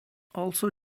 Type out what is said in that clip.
also